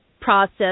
process